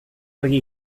argi